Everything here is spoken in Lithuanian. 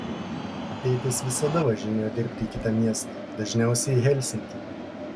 tėtis visada važinėjo dirbti į kitą miestą dažniausiai į helsinkį